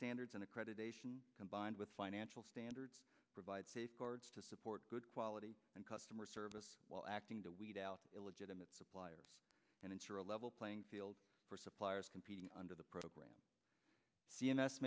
standards and accreditation combined with financial standards provide safeguards to support good quality and customer service while acting to weed out illegitimate suppliers and interim level playing field for suppliers competing under the program